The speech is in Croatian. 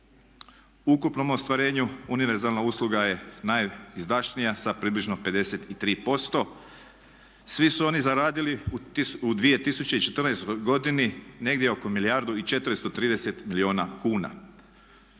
U ukupnom ostvarenju univerzalna usluga je najizdašnija sa približno 53%. Svi su oni zaradili u 2014. negdje oko milijardu i 430 milijuna kuna.